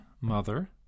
mother